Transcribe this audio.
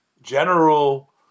general